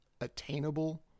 attainable